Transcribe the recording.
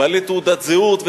בעלי תעודות זהות,